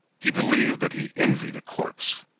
he believed that he envied a corpse.